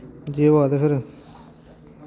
जे होऐ ते फिर